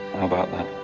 about that?